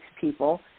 people